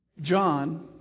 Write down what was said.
John